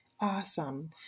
Awesome